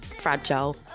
fragile